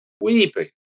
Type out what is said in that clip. weeping